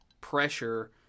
pressure